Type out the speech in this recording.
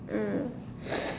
mm